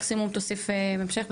מקסימום תוסיף בהמשך.